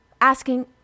asking